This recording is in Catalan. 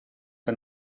que